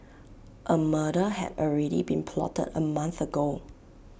A murder had already been plotted A month ago